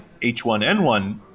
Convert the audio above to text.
H1N1